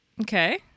Okay